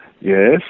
Yes